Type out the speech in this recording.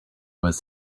was